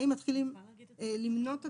האם מתחילים למנות אותה,